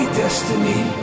destiny